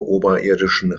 oberirdischen